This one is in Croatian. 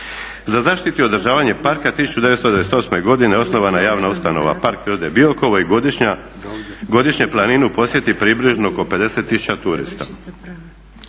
Za zaštitu i održavanje parka 1998. godine osnovana je javna ustanova Park prirode Biokovo i godišnje planinu posjeti približno oko 50000 turista.